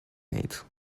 mate